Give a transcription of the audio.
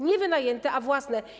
Nie wynajęte, a własne.